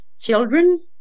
children